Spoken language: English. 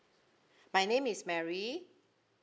my name is mary